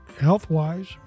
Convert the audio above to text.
health-wise